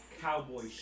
Cowboy